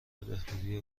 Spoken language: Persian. بهبودی